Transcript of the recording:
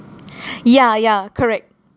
ya ya correct